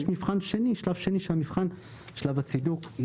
יש שלב שני של מבחן שלב הצידוק,